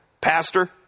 pastor